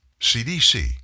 CDC